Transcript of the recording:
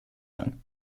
hang